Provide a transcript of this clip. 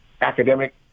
academic